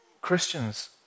Christians